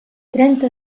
trenta